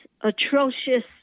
atrocious